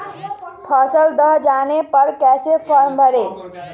फसल दह जाने पर कैसे फॉर्म भरे?